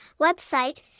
Website